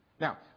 Now